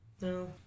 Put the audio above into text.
No